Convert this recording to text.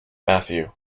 matthew